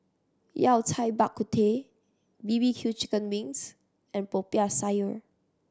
Yao Cai Bak Kut Teh B B Q chicken wings and Popiah Sayur